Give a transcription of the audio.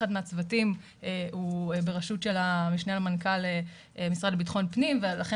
אחד מהצוותים הוא בראשות של המשנה למנכ"ל המשרד לביטחון פנים ולכן